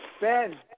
Ben